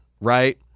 right